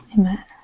Amen